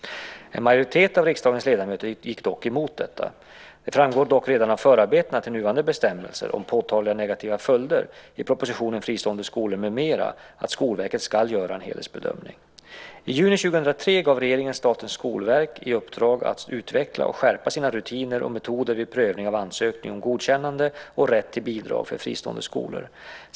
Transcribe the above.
En majoritet av riksdagens ledamöter gick dock emot detta. Det framgår dock redan av förarbetena till de nuvarande bestämmelserna om påtagliga negativa följder, i propositionen Fristående skolor , att Skolverket ska göra en helhetsbedömning. I juni 2003 gav regeringen Statens skolverk i uppdrag att utveckla och skärpa sina rutiner och metoder vid prövning av ansökningar om godkännande och rätt till bidrag för fristående skolor.